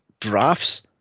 drafts